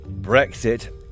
Brexit